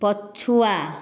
ପଛୁଆ